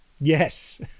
Yes